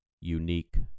unique